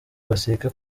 basiga